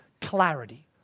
clarity